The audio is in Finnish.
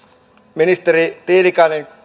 ministeri tiilikainen